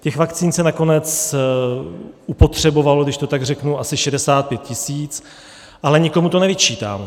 Těch vakcín se nakonec upotřebovalo, když to tak řeknu, asi 65 tisíc, ale nikomu to nevyčítám.